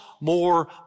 more